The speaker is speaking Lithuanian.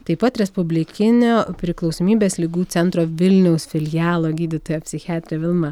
taip pat respublikinio priklausomybės ligų centro vilniaus filialo gydytoja psichiatrė vilma